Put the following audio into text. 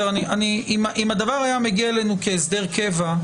אם הדבר היה מגיע אלינו כהסדר קבע,